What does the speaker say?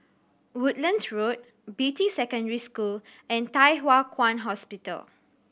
Woodlands Road Beatty Secondary School and Thye Hua Kwan Hospital